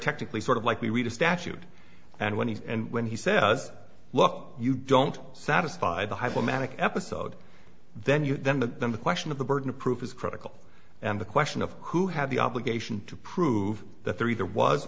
technically sort of like we read a statute and when and when he says look you don't satisfy the hypomanic episode then you then that then the question of the burden of proof is critical and the question of who had the obligation to prove that there either was